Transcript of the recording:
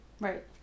Right